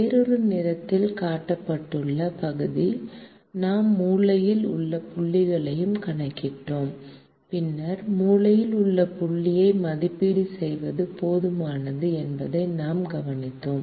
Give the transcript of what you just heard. வேறொரு நிறத்தில் காட்டப்பட்டுள்ள பகுதி நாம் மூலையில் உள்ள புள்ளிகளையும் கணக்கிட்டோம் பின்னர் மூலையில் உள்ள புள்ளியை மதிப்பீடு செய்வது போதுமானது என்பதை நாம் கவனித்தோம்